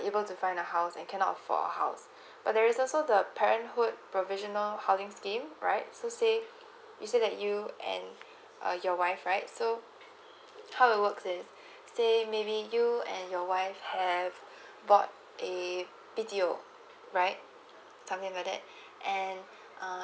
unable to find a house and cannot afford a house but there is also the parenthood professional housing scheme right so say you say that you and uh your wife right so how it works is say maybe you and your wife have bought a B_T_O right something like that and uh